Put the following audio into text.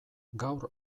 gaur